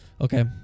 Okay